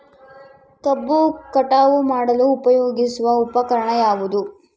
ಕಬ್ಬು ಕಟಾವು ಮಾಡಲು ಉಪಯೋಗಿಸುವ ಉಪಕರಣ ಯಾವುದು?